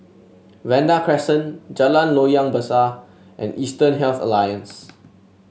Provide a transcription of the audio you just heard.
Vanda Crescent Jalan Loyang Besar and Eastern Health Alliance